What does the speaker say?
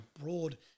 broad